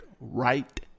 right